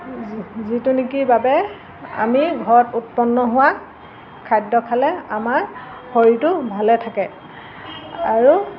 যিটো নেকি বাবে আমি ঘৰত উৎপন্ন হোৱা খাদ্য খালে আমাৰ শৰীৰটো ভালে থাকে আৰু